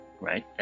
right